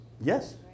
Yes